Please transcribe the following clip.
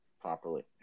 properly